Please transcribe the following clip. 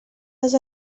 les